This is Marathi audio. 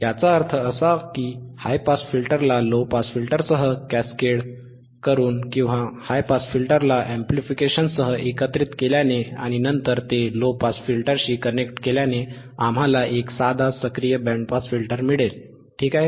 याचा अर्थ असा की हाय पास फिल्टरला लो पास फिल्टरसह कॅस्केड करून किंवा हाय पास फिल्टरला अॅम्प्लीफिकेशनसह एकत्रित केल्याने आणि नंतर ते लो पास फिल्टरशी कनेक्ट केल्याने आम्हाला एक साधा सक्रिय बँड पास फिल्टर मिळेल ठीक आहे